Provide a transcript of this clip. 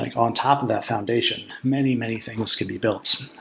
like on top of that foundation, many many things could be built.